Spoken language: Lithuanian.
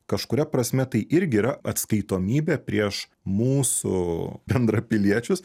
kažkuria prasme tai irgi yra atskaitomybė prieš mūsų bendrapiliečius